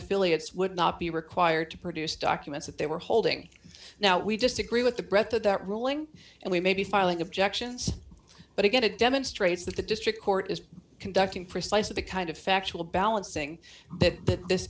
affiliates would not be required to produce documents that they were holding now we disagree with the breadth of that ruling and we may be filing objections but again it demonstrates that the district court is conducting precisely the kind of factual balancing that th